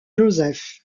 joseph